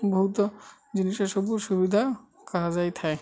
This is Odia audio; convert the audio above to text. ବହୁତ ଜିନିଷ ସବୁ ସୁବିଧା କୁହାଯାଇଥାଏ